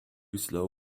slow